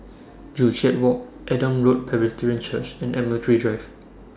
Joo Chiat Walk Adam Road Presbyterian Church and Admiralty Drive